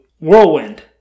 Whirlwind